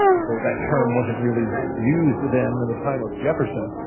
though that term wasn't really used then in the time of jefferson,